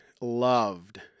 loved